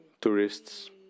tourists